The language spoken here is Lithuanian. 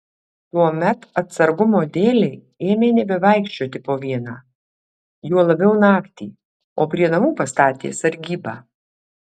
tuomet atsargumo dėlei ėmė nebevaikščioti po vieną juo labiau naktį o prie namų pastatė sargybą